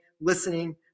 listening